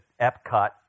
Epcot